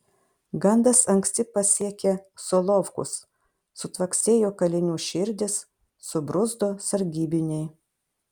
gandas anksti pasiekė solovkus sutvaksėjo kalinių širdys subruzdo sargybiniai